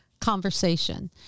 conversation